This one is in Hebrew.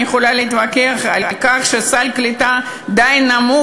אני יכולה להתווכח על כך שסל הקליטה די קטן,